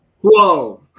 Whoa